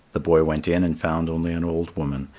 the boy went in and found only an old woman.